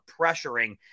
pressuring